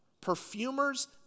perfumers